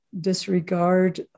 disregard